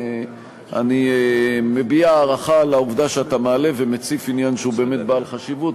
אני מביע הערכה לעובדה שאתה מעלה ומציף עניין שהוא באמת בעל חשיבות,